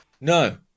No